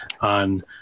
on